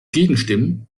gegenstimmen